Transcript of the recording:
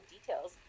details